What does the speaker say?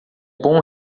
bom